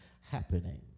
happening